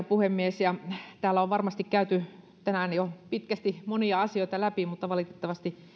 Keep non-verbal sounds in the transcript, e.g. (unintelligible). (unintelligible) puhemies täällä on varmasti käyty tänään jo pitkästi monia asioita läpi mutta valitettavasti